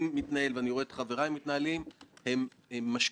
הוועדה הזאת הצליחה בסוף להצביע על ביטול